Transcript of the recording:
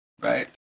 right